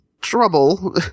trouble